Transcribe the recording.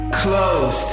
close